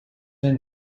been